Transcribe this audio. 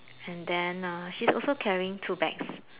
and then err she's also carrying two bags